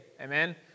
Amen